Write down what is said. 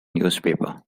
newspaper